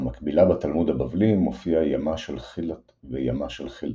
במקבילה בתלמוד הבבלי מופיע ימה של חילת ו-ימה של חילתא.